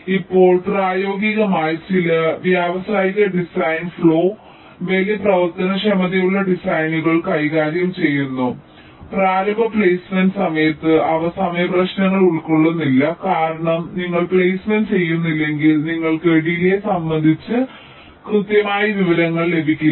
ഇപ്പോൾ പ്രായോഗികമായി ചില വ്യാവസായിക ഡിസൈൻ ഫ്ലോ വലിയ പ്രവർത്തനക്ഷമതയുള്ള ഡിസൈനുകൾ കൈകാര്യം ചെയ്യുന്നു പ്രാരംഭ പ്ലെയ്സ്മെന്റ് സമയത്ത് അവ സമയപ്രശ്നങ്ങൾ ഉൾക്കൊള്ളുന്നില്ല കാരണം നിങ്ങൾ പ്ലെയ്സ്മെന്റ് ചെയ്യുന്നില്ലെങ്കിൽ നിങ്ങൾക്ക് ഡിലെ സംബന്ധിച്ച് കൃത്യമായ വിവരങ്ങൾ ലഭിക്കില്ല